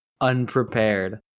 unprepared